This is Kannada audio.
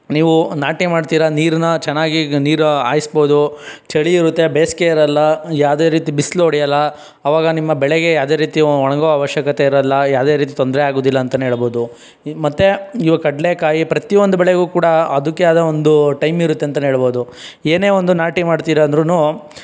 ನೀವು ನಾಟಿ ಮಾಡ್ತೀರಾ ನೀರನ್ನ ಚೆನ್ನಾಗಿ ನೀರು ಹಾಯಿಸ್ಬಹುದು ಚಳಿ ಇರುತ್ತೆ ಬೇಸಿಗೆ ಇರಲ್ಲ ಯಾವುದೇ ರೀತಿ ಬಿಸಿಲು ಹೊಡಿಯಲ್ಲ ಆವಾಗ ನಿಮ್ಮ ಬೆಳೆಗೆ ಯಾವುದೇ ರೀತಿ ಒಣಗೊ ಅವಶ್ಯಕತೆ ಇರಲ್ಲ ಯಾವುದೇ ರೀತಿ ತೊಂದರೆ ಆಗೋದಿಲ್ಲ ಅಂತಲೇ ಹೇಳ್ಬಹುದು ಮತ್ತು ಇವಾಗ ಕಡಲೇಕಾಯಿ ಪ್ರತಿ ಒಂದು ಬೆಳೆಗೂ ಕೂಡ ಅದಕ್ಕೇ ಆದ ಒಂದು ಟೈಮ್ ಇರುತ್ತೆ ಅಂತಲೇ ಹೇಳ್ಬಹುದು ಏನೇ ಒಂದು ನಾಟಿ ಮಾಡ್ತೀರಾ ಅಂದರೂ